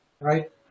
right